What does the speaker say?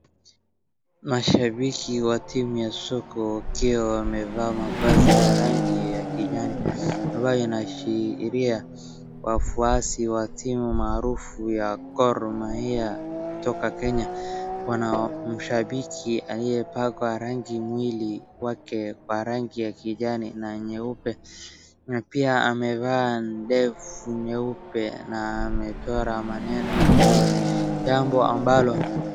Mashabiki wa timu ya soka wakiwa wamevaa mavazi ya rangi ya kijani ambayo inashiria wafuasi wa timu maarufu ya Gor Mahia kutoka Kenya. Kuna mshabiki aliyepakwa rangi mwili wake kwa rangi ya kijani na nyeupe na pia amevaa ndevu nyeupe na amechora maneno mawili, jambo ambalo.